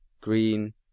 green